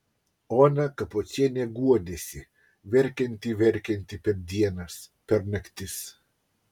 ona kapočienė guodėsi verkianti verkianti per dienas per naktis